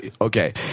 okay